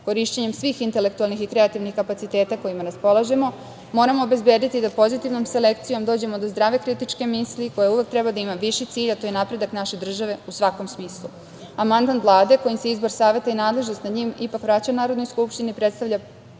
korišćenjem svih intelektualnih i kreativnih kapaciteta kojima raspolažemo, moramo obezbediti da pozitivnom selekcijom dođemo do zdrave kritičke misli koja uvek treba da ima viši cilj, a to je napredak naše države u svakom smislu. Amandman Vlade kojim se izbor Saveta i nadležnost nad njim ipak vraća Narodnoj skupštini predstavlja,